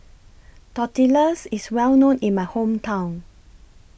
Tortillas IS Well known in My Hometown